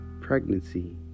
pregnancy